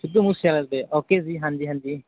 ਸਿੱਧੂ ਮੂਸੇਆਲੇ ਦੇ ਓਕੇ ਜੀ ਹਾਂਜੀ ਹਾਂਜੀ